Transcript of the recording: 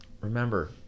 Remember